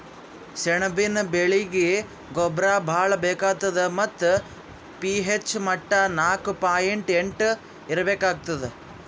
ಸೆಣಬಿನ ಬೆಳೀಗಿ ಗೊಬ್ಬರ ಭಾಳ್ ಬೇಕಾತದ್ ಮತ್ತ್ ಪಿ.ಹೆಚ್ ಮಟ್ಟಾ ನಾಕು ಪಾಯಿಂಟ್ ಎಂಟು ಇರ್ಬೇಕಾಗ್ತದ